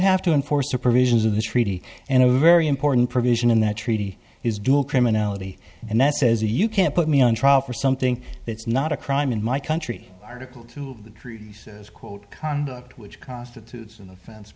have to enforce the provisions of the treaty and a very important provision in that treaty is dual criminality and that says a you can't put me on trial for something that's not a crime in my country article two treaties quote conduct which constitutes an offen